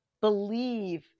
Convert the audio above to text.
believe